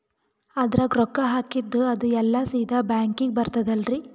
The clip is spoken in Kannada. ಅದ್ರಗ ರೊಕ್ಕ ಹಾಕಿದ್ದು ಅದು ಎಲ್ಲಾ ಸೀದಾ ಬ್ಯಾಂಕಿಗಿ ಬರ್ತದಲ್ರಿ?